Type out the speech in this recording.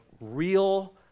real